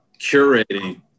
curating